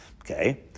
Okay